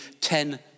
ten